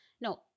No